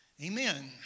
Amen